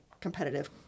competitive